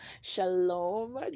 Shalom